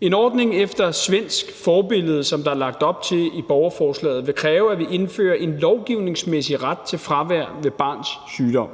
En ordning efter svensk forbillede, som der er lagt op til i borgerforslaget, vil kræve, at vi indfører en lovgivningsmæssig ret til fravær ved barns sygdom.